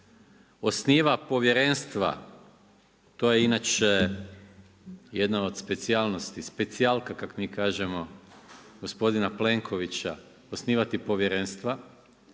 osniva povjerenstva, to je inače jedna od specijalnosti, specijalka kako mi kažemo gospodina Plenkovića, osnivati povjerenstva,